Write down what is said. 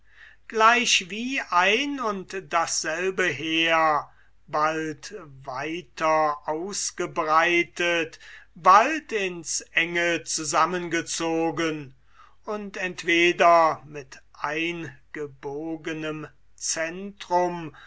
gleichwie ein und dasselbe heer bald weiter ausgebreitet bald in's enge zusammengezogen und entweder mit eingebogenem centrum